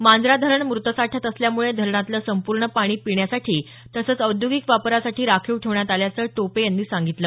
मांजरा धरण म्रतसाठ्यात असल्यामुळे धरणातलं संपूर्ण पाणी पिण्यासाठी तसंच औद्योगिक वापरासाठी राखीव ठेवण्यात आल्याचं टोपे यांनी सांगितलं